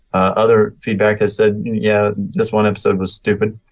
other feedback has said yeah this one i've said was stupid.